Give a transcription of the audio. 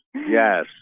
Yes